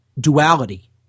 duality